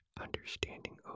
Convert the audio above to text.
understanding